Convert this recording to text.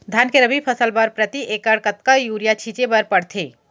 धान के रबि फसल बर प्रति एकड़ कतका यूरिया छिंचे बर पड़थे?